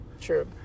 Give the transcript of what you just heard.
True